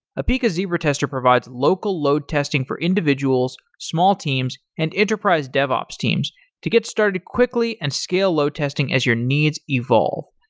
apica zebra tester provides local load testing for individuals, small teams, and enterprise devops teams to get started quickly and scale load testing as your needs evolve.